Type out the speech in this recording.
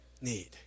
need